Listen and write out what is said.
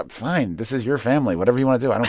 fine. this is your family. whatever you want to do. i don't